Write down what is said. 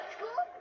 School